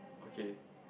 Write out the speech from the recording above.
okay